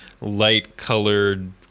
light-colored